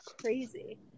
crazy